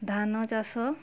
ଧାନଚାଷ